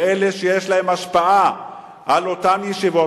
לאלה שיש להם השפעה על אותן ישיבות,